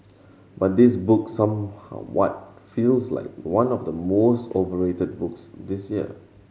but this book some how what feels like one of the most overrated books this year